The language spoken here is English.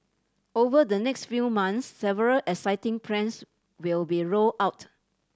over the next few months several exciting plans will be rolled out